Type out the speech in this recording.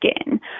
skin